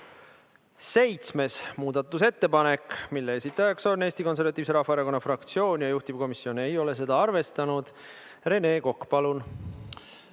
muudatusettepanek, mille esitaja on Eesti Konservatiivse Rahvaerakonna fraktsioon. Juhtivkomisjon ei ole seda arvestanud. Rene Kokk, palun!